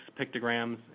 pictograms